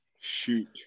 shoot